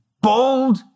bold